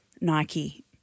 Nike